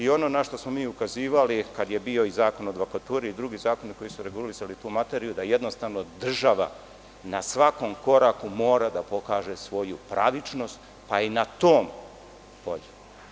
Ono na šta smo mi ukazivali kada je bio Zakon o advokaturi i drugi zakoni koji su regulisali tu materiju, da jednostavno država na svakom koraku mora da pokaže svoju pravičnost, pa i na tom polju.